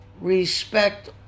Respect